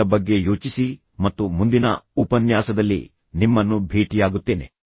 ಅದರ ಬಗ್ಗೆ ಯೋಚಿಸಿ ಮತ್ತು ಮುಂದಿನ ಉಪನ್ಯಾಸದಲ್ಲಿ ನಿಮ್ಮನ್ನು ಭೇಟಿಯಾಗುತ್ತೇನೆ